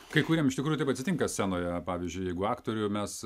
kai kuriem iš tikrųjų taip atsitinka scenoje pavyzdžiui jeigu aktorių mes